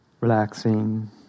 Relaxing